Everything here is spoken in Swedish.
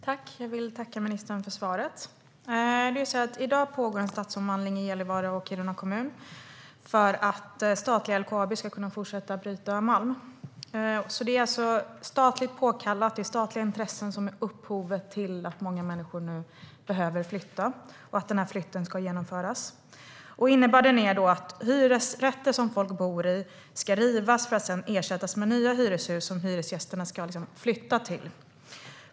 Herr talman! Jag tackar ministern för svaret. I dag pågår en stadsomvandling i kommunerna Gällivare och Kiruna för att statliga LKAB ska kunna fortsätta att bryta malm. Det är alltså statligt påkallat, och det är statliga intressen som är upphovet till att många människor nu behöver flytta och att flytten ska genomföras. Innebörden är att hyresrätter som folk bor i ska rivas för att sedan ersättas med nya hyreshus som hyresgästerna ska flytta till.